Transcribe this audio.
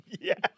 Yes